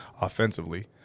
offensively